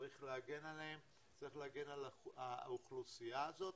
צריך להגן עליהם, צריך להגן על האוכלוסיה הזאת.